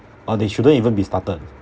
or they shouldn't even be started